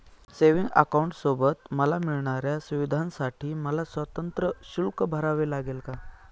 Savings अकाउंटसोबत मला मिळणाऱ्या सुविधांसाठी मला स्वतंत्र शुल्क भरावे लागेल का?